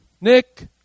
Nick